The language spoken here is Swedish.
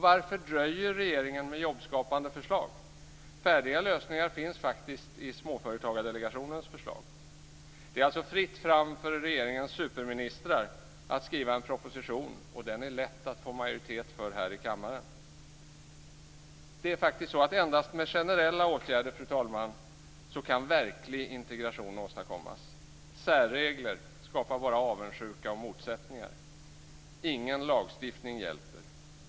Varför dröjer regeringen med jobbskapande förslag? Färdiga lösningar finns faktiskt i Småföretagsdelegationens förslag. Det är alltså fritt fram för regeringens superministrar att skriva en proposition. Den är lätt att finna majoritet för här i kammaren. Det är faktiskt endast med generella åtgärder, fru talman, som en verklig integration kan åstadkommas. Särregler skapar bara avundsjuka och motsättningar. Ingen lagstiftning hjälper.